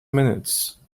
minutes